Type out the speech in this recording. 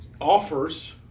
offers